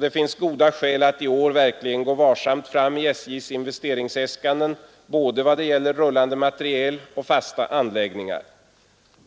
Det finns goda skäl att i år verkligen gå varsamt fram i SJ:s investeringsäskanden både i vad gäller rullande materiel och fasta anläggningar.